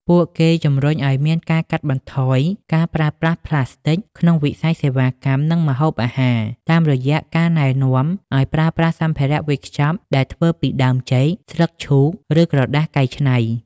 ពួកគេជម្រុញឱ្យមានការកាត់បន្ថយការប្រើប្រាស់ផ្លាស្ទិកក្នុងវិស័យសេវាកម្ម និងម្ហូបអាហារ តាមរយៈការណែនាំឱ្យប្រើប្រាស់សម្ភារៈវេចខ្ចប់ដែលធ្វើពីដើមចេក ស្លឹកឈូក ឬក្រដាសកែច្នៃ។